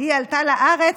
היא עלתה לארץ,